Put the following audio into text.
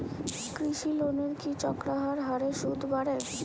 কৃষি লোনের কি চক্রাকার হারে সুদ বাড়ে?